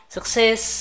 Success